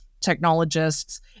technologists